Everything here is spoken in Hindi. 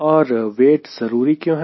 और वेट जरूरी क्यों है